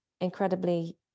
incredibly